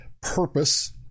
purpose